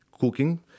cooking